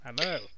Hello